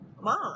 mom